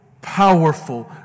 powerful